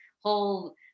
whole